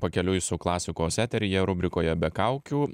pakeliui su klasikos eteryje rubrikoje be kaukių